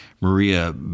Maria